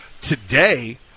Today